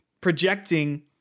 projecting